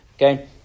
okay